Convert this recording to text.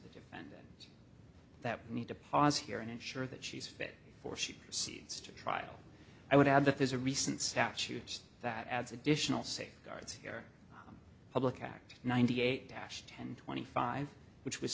examined that need to pause here and ensure that she's fit for she proceeds to trial i would add that there's a recent statute that adds additional safeguards here public act ninety eight dash ten twenty five which was